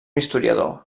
historiador